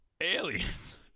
aliens